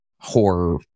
horror